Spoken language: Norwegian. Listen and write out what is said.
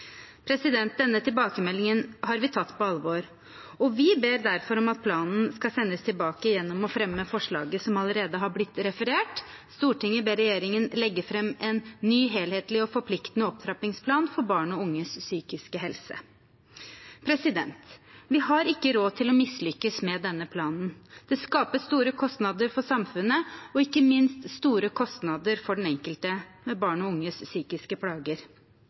Denne tilbakemeldingen har vi tatt på alvor, og vi ber derfor om at planen skal sendes tilbake gjennom å fremme forslaget som allerede har blitt referert: «Stortinget ber regjeringen legge frem en ny helhetlig og forpliktende opptrappingsplan for barn og unges psykiske helse.» Vi har ikke råd til å mislykkes med denne planen. Det vil skape store kostnader for samfunnet og ikke minst store kostnader for den enkelte, med barn og unges psykiske plager.